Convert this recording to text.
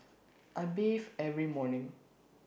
I bathe every morning